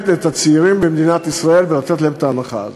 את הצעירים במדינת ישראל ולתת להם את ההנחה הזאת.